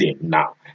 now